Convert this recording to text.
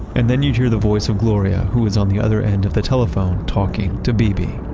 and then you'd hear the voice of gloria who was on the other end of the telephone talking to beebe